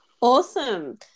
Awesome